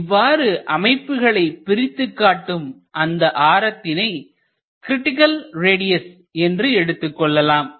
இவ்வாறு அமைப்புகளைப் பிரித்துக் காட்டும் அந்த ஆரத்தனை கிரிட்டிக்கல் ரேடியஸ் என்று எடுத்துக்கொள்ளலாம்